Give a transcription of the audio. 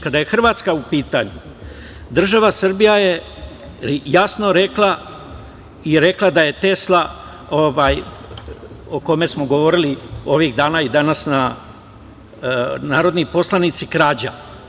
Kada je Hrvatska u pitanju, država Srbija je jasno rekla i rekla da je Tesla, o kome smo govorili ovih dana i danas narodni poslanici, krađa.